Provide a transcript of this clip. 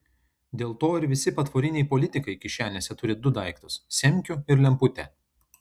dėl to ir visi patvoriniai politikai kišenėse turi du daiktus semkių ir lemputę